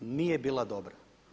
Nije bila dobra.